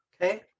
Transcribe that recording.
Okay